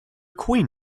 queen